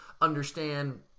understand